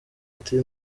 ati